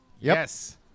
Yes